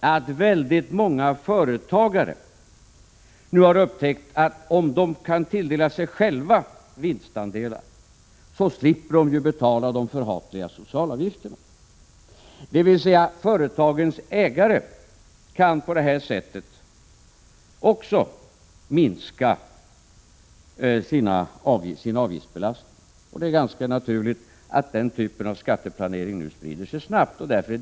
Jag kan tillägga att många företagare nu har upptäckt att de slipper betala de förhatliga socialavgifterna om de kan tilldela sig själva vinstandelar. Företagens ägare kan med andra ord minska sin avgiftsbelastning på detta sätt. Det är ganska naturligt att den typen av skatteplanering nu snabbt sprider sig.